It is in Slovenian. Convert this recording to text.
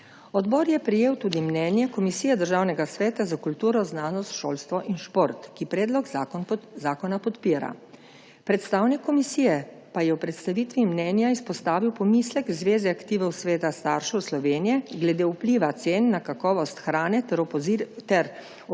Odbor je prejel tudi mnenje Komisije Državnega sveta za kulturo, znanost, šolstvo in šport, ki predlog zakona podpira. Predstavnik komisije pa je v predstavitvi mnenja izpostavil pomislek Zveze aktivov svetov staršev Slovenije glede vpliva cen na kakovost hrane ter opozorilo